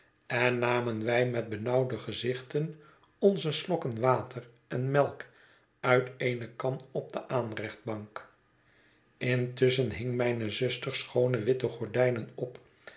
en namen wij met benauwde gezichten onze slokken water en melk uit eene kan op de aanrechtbank intusschen hing mijne zuster schoone witte gordijnen op